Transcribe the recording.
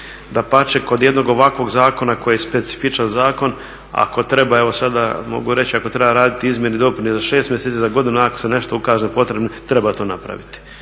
dapače, kod jednog ovakvog zakona koji je specifičan zakon ako treba evo sada mogu reći ako treba raditi izmjene i dopune za 6 mjeseci, za godinu dana ako se nešto ukaže potrebnim, treba to napraviti